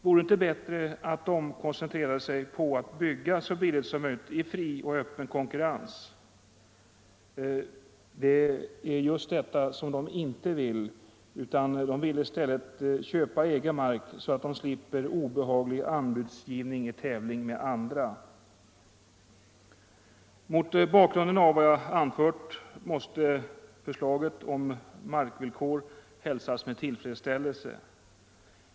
Vore det inte bättre att de koncentrerade sig på att bygga så billigt som möjligt i fri och öppen konkurrens? Det är just det de inte vill. De vill i stället köpa egen mark, så att de slipper obehaglig anbudsgivning i tävlan med andra. Mot bakgrund av vad jag anfört måste förslaget om markvillkor hälsas med tillfredsställelse.